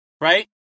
right